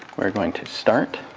we're going to start